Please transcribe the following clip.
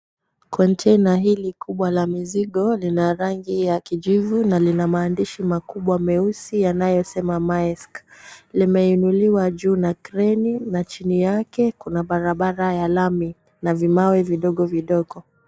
Konteina hili kubwa la mizigo linarangi ya kijivu na lina maandishi makubwa meusi yanayosema maeks limeinuliwa juu na kreni chini yake kuna barabara ya lami na vimawe vidogo vidogo.